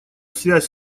связь